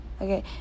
okay